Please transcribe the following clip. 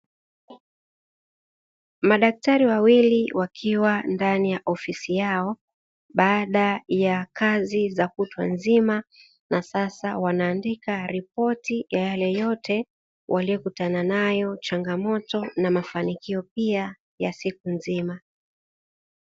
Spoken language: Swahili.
Madaktari wawili wakiwa ndani ofisi yao, baada ya kazi za kutwa nzima, na sasa wanaandika ripoti ya yale yote waliyokutana nayo changamoto na mafanikio pia ya siku nzima.